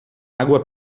água